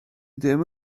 ddim